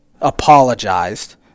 Apologized